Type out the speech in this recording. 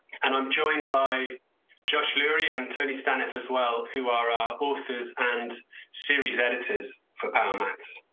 and i'm joined by josh lury, and tony staneff as well, who are ah authors and series editors for power maths.